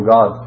God